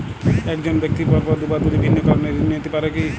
এক জন ব্যক্তি পরপর দুবার দুটি ভিন্ন কারণে ঋণ নিতে পারে কী?